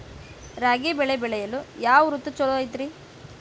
ರಾಗಿ ಬೆಳೆ ಬೆಳೆಯಲು ಯಾವ ಋತು ಛಲೋ ಐತ್ರಿ?